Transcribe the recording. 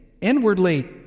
inwardly